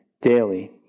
daily